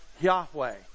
Yahweh